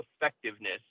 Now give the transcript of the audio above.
effectiveness